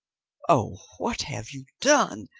oh, what have you done,